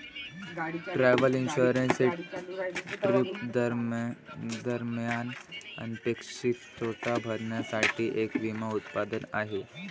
travel insurance हे trip दरम्यान अनपेक्षित तोटा भरण्यासाठी एक विमा उत्पादन आहे